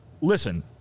listen